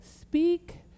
speak